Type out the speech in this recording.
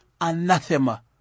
anathema